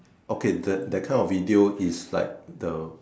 okay the that kind of video is like the